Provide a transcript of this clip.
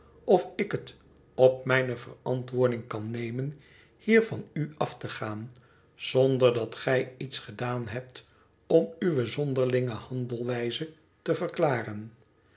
of ik het op mijne verantwoording kan nemen hier van u af te gaan zonder dat gij iets gedaan hebt om uwe zonderlinge handelwijze te verklaren